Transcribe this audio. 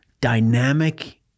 dynamic